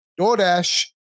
DoorDash